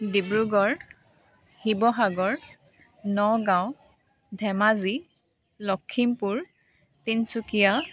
Dibrugarh Sivasagar Nagaon Dhemaji Lakhimpur Tinsukia